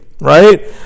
right